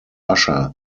usher